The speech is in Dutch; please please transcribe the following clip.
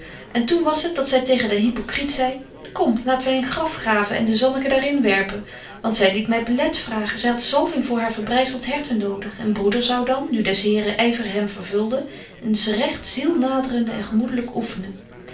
en toen was het dat zy tegen den hypocryt zei kom laten wy een graf graven ende zanneke daar in werpen want zy liet my belet vragen zy hadt zalving voor haar verbryzelt herte nodig en broeder zou dan nu des heren yver hem vervulde eens regt ziel naderende en gemoedelyk oeffenen